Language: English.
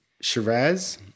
Shiraz